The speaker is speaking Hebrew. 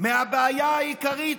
מהבעיה העיקרית,